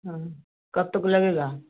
हाँ कब तक लगेगा